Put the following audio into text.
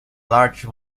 large